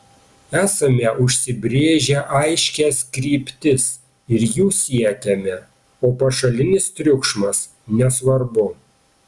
esame užsibrėžę aiškias kryptis ir jų siekiame o pašalinis triukšmas nesvarbu